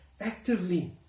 actively